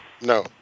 No